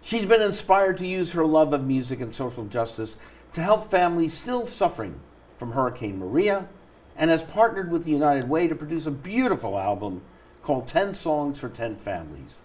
she developed spired to use her love of music and social justice to help families still suffering from hurricane maria and has partnered with the united way to produce a beautiful album called ten songs for ten families